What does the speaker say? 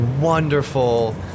wonderful